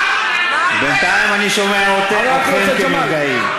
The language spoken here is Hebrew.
בינתיים אני שומע אתכם כמפגעים.